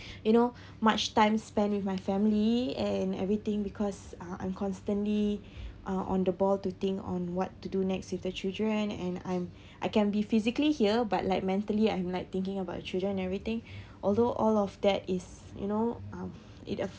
you know much time spent with my family and everything because uh I'm constantly uh on the ball to think on what to do next with the children and I'm I can be physically here but like mentally I'm like thinking about children everything although all of that is you know um it